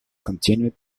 continued